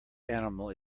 animal